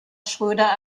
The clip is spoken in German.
schröder